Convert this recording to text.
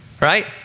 right